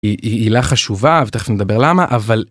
עילה חשובה ותכף נדבר למה אבל.